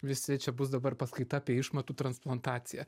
visi čia bus dabar paskaita apie išmatų transplantaciją